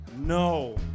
No